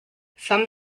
some